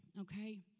Okay